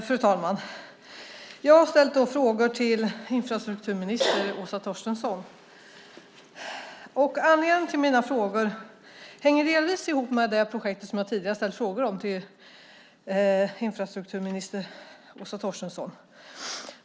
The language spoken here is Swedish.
Fru talman! Jag har ställt frågor till infrastrukturminister Åsa Torstensson. Att jag har ställt mina frågor hänger delvis ihop med det projekt som jag tidigare har ställt frågor om till infrastrukturminister Åsa Torstensson.